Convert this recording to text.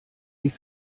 die